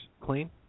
clean